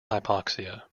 hypoxia